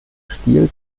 stil